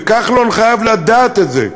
וכחלון חייב לדעת את זה.